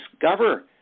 discover